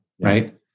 right